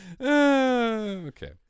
Okay